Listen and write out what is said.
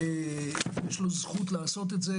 יש לו זכות לעשת את זה.